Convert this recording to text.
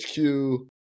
hq